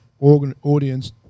audience